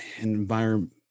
environment